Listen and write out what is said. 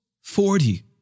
forty